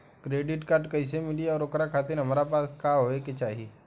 Credit card कैसे मिली और ओकरा खातिर हमरा पास का होए के चाहि?